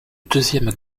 deuxième